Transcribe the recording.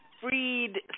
freed